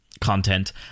content